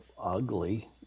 ugly